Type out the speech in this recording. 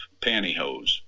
pantyhose